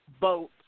vote